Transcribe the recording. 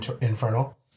infernal